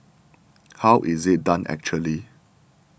how is it done actually